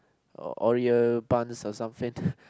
Oreo buns or something